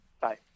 Bye